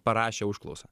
parašė užklausą